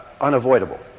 unavoidable